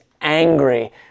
angry